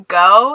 go